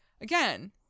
again